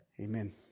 amen